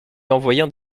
envoyant